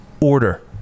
order